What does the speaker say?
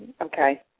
Okay